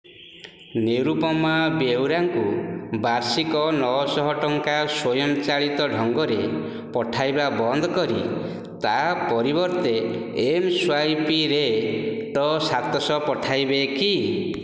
ନିରୁପମା ବେଉରାଙ୍କୁ ବାର୍ଷିକ ନଅ ଶହ ଟଙ୍କା ସ୍ୱୟଂ ଚାଳିତ ଢଙ୍ଗରେ ପଠାଇବା ବନ୍ଦ କରି ତା ପରିବର୍ତ୍ତେ ଏମ୍ ସ୍ୱାଇପ୍ରେ ଟ ସାତ ଶହ ପଠାଇବେ କି